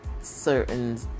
certain